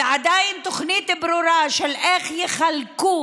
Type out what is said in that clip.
ועדיין תוכנית ברורה איך יחלקו